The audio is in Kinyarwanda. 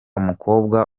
mukobwa